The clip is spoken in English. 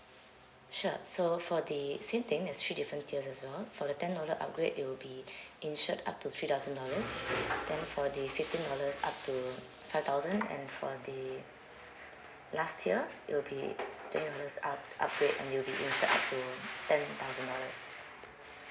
sure so for the same thing there's three different tiers as well for the ten dollar upgrade it will be insured up to three thousand dollars then for the fifteen dollars up to five thousand and for the last tier it will be twenty dollars up~ upgrade and you will be insured up to ten thousand dollars